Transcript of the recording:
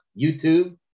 YouTube